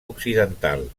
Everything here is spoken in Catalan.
occidental